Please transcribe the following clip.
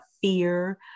fear